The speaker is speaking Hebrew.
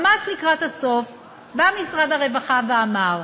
ממש לקראת הסוף בא משרד הרווחה ואמר: